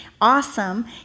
awesome